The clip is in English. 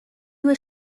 was